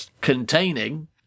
Containing